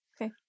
Okay